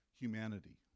humanity